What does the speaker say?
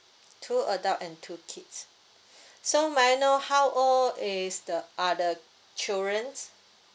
two adult and two kids so may I know how old is the are the childrens